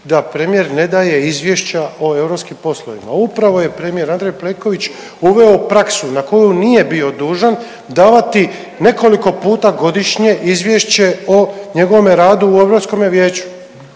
da premijer ne daje izvješća o europskim poslovima, upravo je premijer Andrej Plenković uveo praksu na koju nije bio dužan davati nekoliko puta godišnje izvješće o njegovome radu u europskome vijeću.